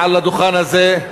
מעל הדוכן הזה,